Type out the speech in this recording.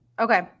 okay